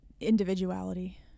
individuality